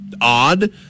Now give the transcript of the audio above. odd